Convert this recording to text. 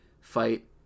fight